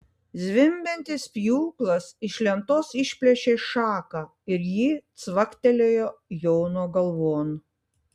zvimbiantis pjūklas iš lentos išplėšė šaką ir ji cvaktelėjo jono galvon